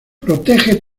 protege